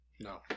No